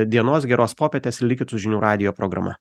dienos geros popietės ir likit su žinių radijo programa